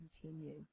continue